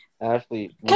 Ashley